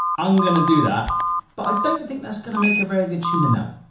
i'm gonna do that, but i don't think that's gonna make a very good tuna melt.